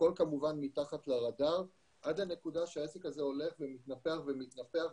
הכול כמובן מתחת לרדאר עד הנקודה שהעסק הזה הולך ומתנפח ומתנפח,